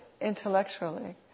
intellectually